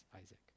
Isaac